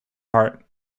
heart